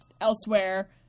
elsewhere